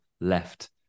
left